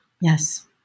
Yes